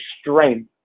strength